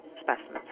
specimens